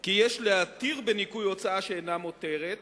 כי יש להתיר בניכוי הוצאה שאינה מותרת,